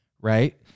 right